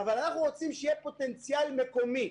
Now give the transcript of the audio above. אבל אנחנו רוצים שיהיה פוטנציאל מקומי,